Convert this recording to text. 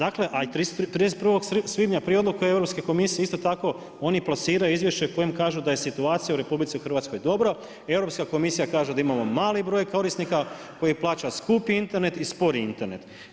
A 31. svibnja prije odluke Europske komisije isto tako oni plasiraju izvješće kojim kažu da je situacija u RH dobra, Europska komisija kaže da imamo mali broj korisnika koji plaća skupi Internet i spori internet.